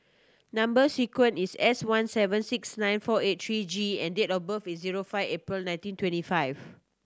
number sequence is S one seven six nine four eight three G and date of birth is zero five April nineteen twenty five